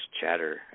chatter